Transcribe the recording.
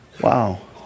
Wow